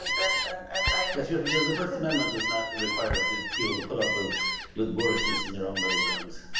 and and and i am you know the first amendment does not require yeah people to put up with with boorishness in their own living rooms.